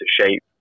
shape